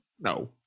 No